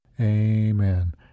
Amen